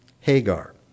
Hagar